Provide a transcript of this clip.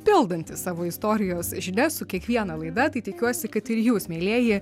pildanti savo istorijos žinias su kiekviena laida tai tikiuosi kad ir jūs mielieji